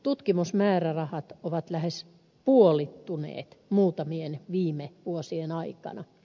tutkimusmäärärahat ovat lähes puolittuneet muutamien viime vuosien aikana